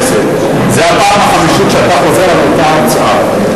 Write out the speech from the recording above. זו הפעם החמישית שאתה חוזר על אותה הרצאה,